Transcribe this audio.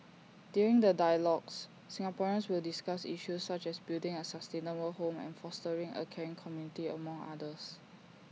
during the dialogues Singaporeans will discuss issues such as building A sustainable home and fostering A caring community among others